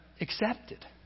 accepted